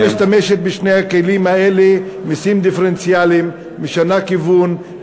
הייתה משתמשת בשני הכלים האלה: מסים דיפרנציאליים ומשנה כיוון.